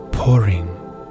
pouring